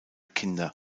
kinder